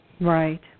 right